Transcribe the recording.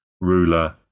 ruler